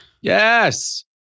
Yes